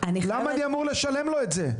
למה אני אמור לשלם לו את זה.